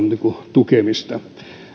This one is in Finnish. tukemista